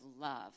love